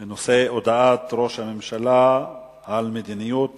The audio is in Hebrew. לסדר-היום בנושא: הודעת ראש הממשלה על מדיניות